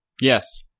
Yes